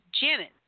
Janet